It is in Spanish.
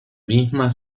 misma